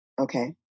Okay